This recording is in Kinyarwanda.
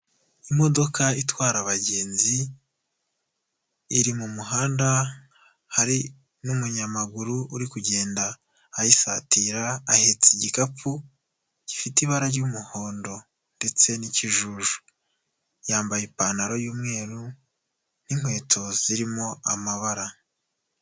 Imodoka itwara abagenzi iri mu muhanda, hari n'umunyamaguru uri kugenda ayisatira, ahetse igikapu gifite ibara ry'umuhondo ndetse n'ikijuju, yambaye ipantaro y'umweru n'inkweto zirimo amabara.